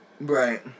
Right